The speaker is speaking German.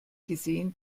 gesehen